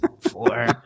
Four